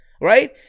right